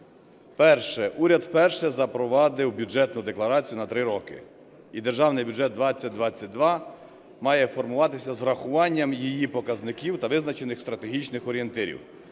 Перше. Уряд вперше запровадив Бюджетну декларацію на три роки. І Державний бюджет 2022 має формуватися з врахуванням її показників та визначених стратегічних орієнтирів.